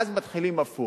ואז מתחילים הפוך.